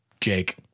Jake